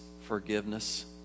forgiveness